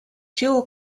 jewell